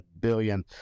billion